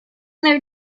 their